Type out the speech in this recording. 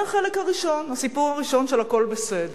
זה החלק הראשון, הסיפור הראשון של הכול בסדר.